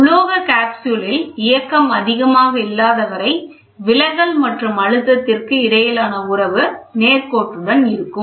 உலோக காப்ஸ்யூலில் இயக்கம் அதிகமாக இல்லாத வரை விலகல் மற்றும் அழுத்தத்திற்கு இடையிலான உறவு நேர்கோட்டுடன் இருக்கும்